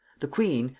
the queen,